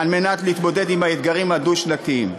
על מנת להתמודד עם האתגרים הדו-שנתיים.